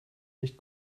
nicht